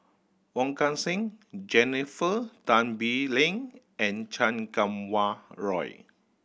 Wong Kan Seng Jennifer Tan Bee Leng and Chan Kum Wah Roy